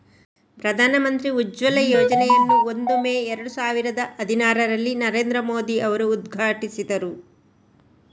ಪ್ರಧಾನ ಮಂತ್ರಿ ಉಜ್ವಲ ಯೋಜನೆಯನ್ನು ಒಂದು ಮೇ ಏರಡು ಸಾವಿರದ ಹದಿನಾರರಲ್ಲಿ ನರೇಂದ್ರ ಮೋದಿ ಅವರು ಉದ್ಘಾಟಿಸಿದರು